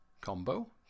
combo